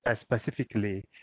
specifically